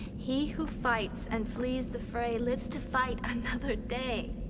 he who fights and flees the fray lives to fight another day.